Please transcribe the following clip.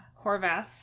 Horvath